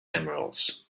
emeralds